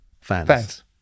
Fans